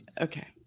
okay